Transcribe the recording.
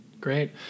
great